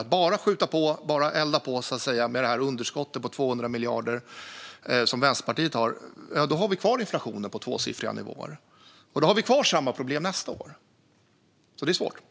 Att bara skjuta på och elda på det underskott på 200 miljarder som Vänsterpartiet har innebär att vi har kvar inflationen på tvåsiffriga nivåer. Och då har vi kvar samma problem nästa år. Så det är svårt.